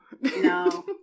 No